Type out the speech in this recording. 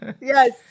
Yes